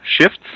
Shifts